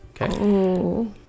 Okay